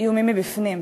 איומים מבפנים,